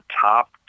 top